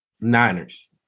Niners